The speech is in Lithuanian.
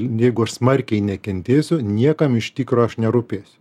jeigu aš smarkiai nekentėsiu niekam iš tikro aš nerūpėsiu